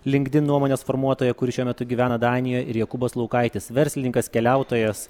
linkdin nuomonės formuotoja kuri šiuo metu gyvena danijoje ir jokūbas laukaitis verslininkas keliautojas